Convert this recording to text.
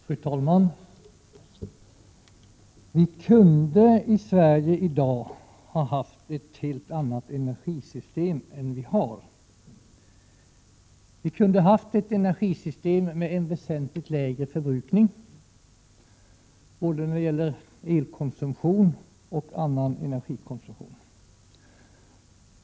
Fru talman! Vi kunde i Sverige i dag ha haft ett helt annat energisystem än det vi har. Vi kunde ha haft ett energisystem med en väsentligt lägre förbrukning både när det gäller elkonsumtion och när det gäller annan energikonsumtion.